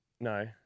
No